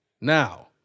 Now